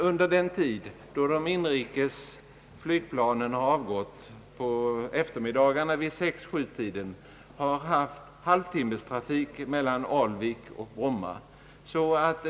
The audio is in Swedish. Under de tider då de inrikes flygplanen i stort antal avgår från Bromma vid 18—19-tiden, har det förekommit halvtimmestrafik mellan Alvik och Bromma.